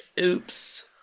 Oops